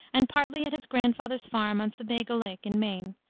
and partly at his grandfather's farm on sebago lake, in maine,